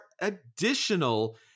additional